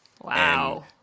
Wow